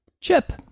Chip